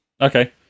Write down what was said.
Okay